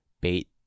bait